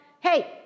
hey